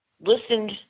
listened